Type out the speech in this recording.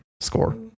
Score